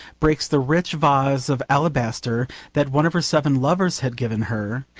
breaks the rich vase of alabaster that one of her seven lovers had given her,